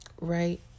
right